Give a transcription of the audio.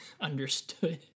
understood